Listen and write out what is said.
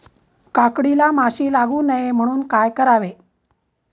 काकडीला माशी लागू नये म्हणून काय करावे?